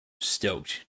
stoked